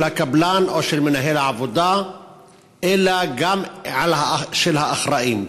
הקבלן ושל מנהל העבודה אלא גם של האחראים,